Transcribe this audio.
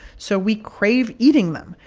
so we crave eating them,